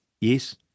yes